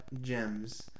Gems